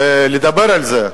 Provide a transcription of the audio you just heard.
ולדבר על זה,